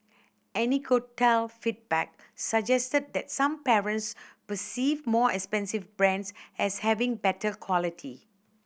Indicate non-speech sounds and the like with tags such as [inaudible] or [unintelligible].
[unintelligible] feedback suggested that some parents perceive more expensive brands as having better quality